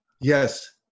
Yes